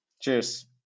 Cheers